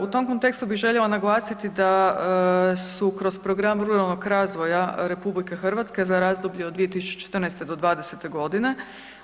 U tom kontekstu bi željela naglasiti da su kroz program ruralnog razvoja RH za razdoblje 2014. do '20.-te godine